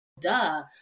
duh